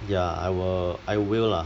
ya I will I will lah